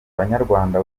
banyarwanda